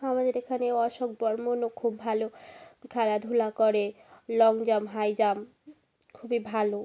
আমাদের এখানে অশোক বর্মনও খুব ভালো খেলাধুলা করে লং জাম্প হাই জাম্প খুবই ভালো